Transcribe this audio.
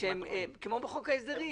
שהם כמו בחוק ההסדרים.